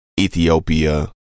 ethiopia